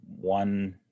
one